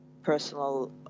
personal